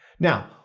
Now